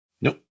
Nope